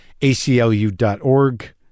ACLU.org